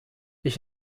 ich